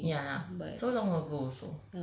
ya ya so long ago also